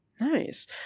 Nice